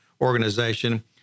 organization